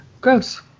Gross